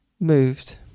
Moved